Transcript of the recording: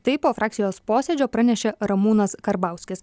tai po frakcijos posėdžio pranešė ramūnas karbauskis